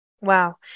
Wow